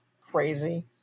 crazy